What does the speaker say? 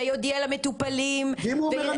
שיודיע למטופלים --- ואם הוא אומר,